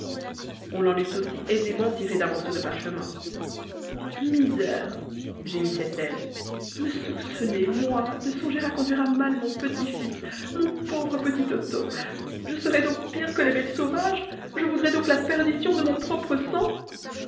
on en eût aussi aisément tiré d'un morceau de parchemin misère gémissait elle me soupçonner moi de songer à conduire à mal mon petit-fils mon pauvre petit toto je serais donc pire que les bêtes sauvages je voudrais donc la perdition de mon propre sang